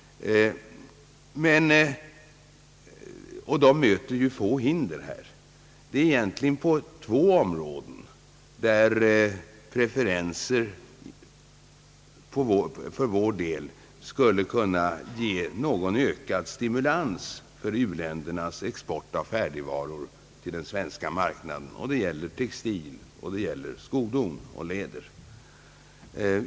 De möter få hinder här. Det är egentligen endast på två områden, som preferenser för vår del skulle kunna ge någon ökad stimulans för u-ländernas export av färdigvaror till den svenska marknaden, nämligen när det gäller textilvaror och lädervaror.